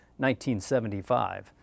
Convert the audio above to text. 1975